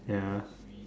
ya